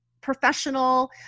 professional